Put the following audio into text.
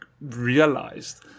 realized